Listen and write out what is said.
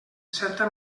certa